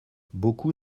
beaucoup